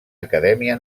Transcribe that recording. acadèmia